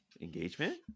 engagement